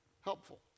helpful